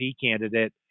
candidate